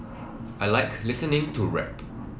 I like listening to rap